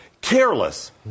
Careless